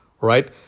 right